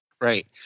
right